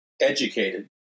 educated